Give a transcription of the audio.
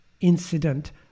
incident